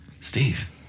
Steve